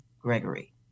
Gregory